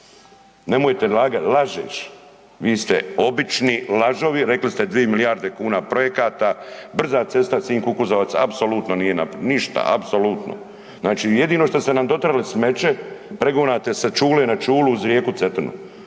narod, lažeš, vi ste obični lažovi, rekli ste 2 milijarde kuna projekata, brza cesta Sinj-Kukuzovac, apsolutno nije, ništa, apsolutno. Znači, jedno što ste nam doterali smeće, pregonate se …/nerazumljivo/… uz rijeku Cetinu